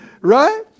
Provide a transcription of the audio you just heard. Right